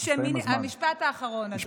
המשפט האחרון, אדוני.